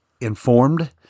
informed